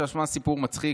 תשמע סיפור מצחיק,